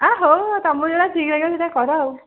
ହଁ ହଉ ତମକୁ ଯେଉଁଟା ଠିକ୍ ଲାଗିବ ସେଇଟା କର ଆଉ